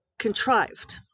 Contrived